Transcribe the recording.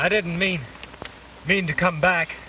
i didn't mean to come back